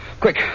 Quick